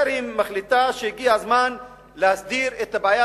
היא החליטה שהגיע הזמן להסדיר את הבעיה